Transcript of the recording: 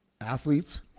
athletes